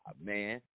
man